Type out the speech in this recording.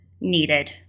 needed